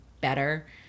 better